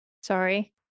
sorry